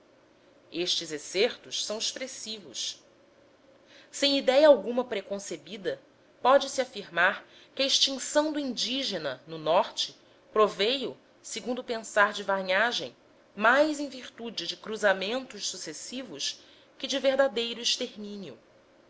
estes excertos são expressivos sem idéia alguma preconcebida pode-se afirmar que a extinção do indígena no norte proveio segundo o pensar de varnhagen mais em virtude de cruzamentos sucessivos que de verdadeiro